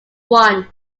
won